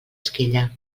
esquella